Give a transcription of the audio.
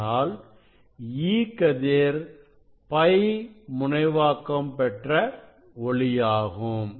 ஆனால் E கதிர் π முனைவாக்கம் பெற்ற ஒளியாகும்